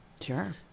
sure